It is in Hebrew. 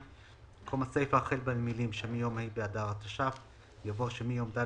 (2)במקום הסיפה החל במילים "שמיום ה' באדר התש"ף" יבוא "שמיום ד'